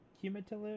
cumulative